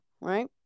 right